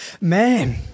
Man